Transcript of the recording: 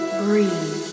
breathe